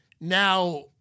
Now